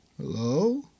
Hello